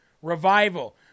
Revival